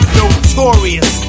notorious